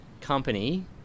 company